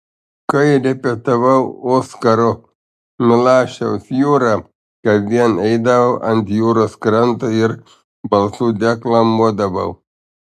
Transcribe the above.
kai repetavau oskaro milašiaus jūrą kasdien eidavau ant jūros kranto ir balsu deklamuodavau